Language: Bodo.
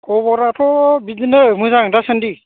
खबराथ' बिदिनो मोजां दासानदि